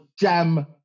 jam